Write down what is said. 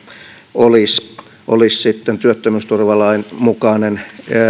olisi olisi sitten työttömyysturvalain mukainen